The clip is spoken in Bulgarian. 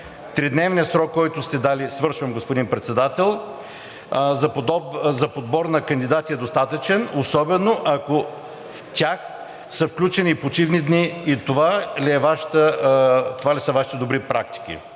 сигнал, че времето е изтекло.) Свършвам, господин Председател. …за подбор на кандидати е достатъчен, особено ако в тях са включени и почивни дни и това ли са Вашите добри практики?